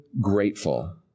grateful